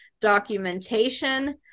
documentation